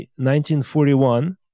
1941